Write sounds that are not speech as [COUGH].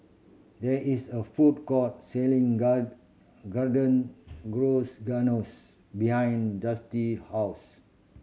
there is a food court selling God Garden [UNINTELLIGIBLE] behind Justyn house